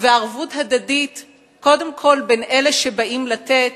וערבות הדדית קודם כול בין אלה שבאים לתת